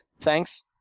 Thanks